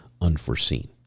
unforeseen